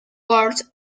worth